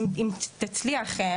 אם תצליח,